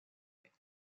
摧毁